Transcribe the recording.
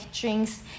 drinks